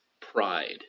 pride